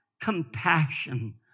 compassion